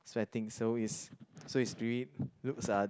sweating so is so is really looks uh